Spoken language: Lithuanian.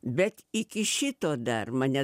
bet iki šito dar mane